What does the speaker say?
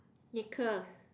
necklace